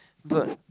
but